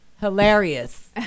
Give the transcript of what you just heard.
hilarious